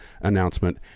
announcement